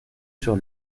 sur